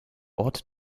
ort